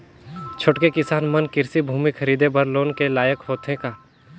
छोटके किसान मन कृषि भूमि खरीदे बर लोन के लायक होथे का?